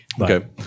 Okay